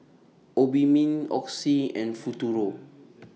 Obimin Oxy and Futuro